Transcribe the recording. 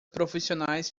profissionais